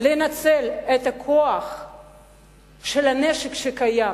לנצל את הכוח של הנשק שקיים,